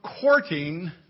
courting